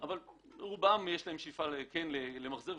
לרובם יש שאיפה למחזר.